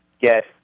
get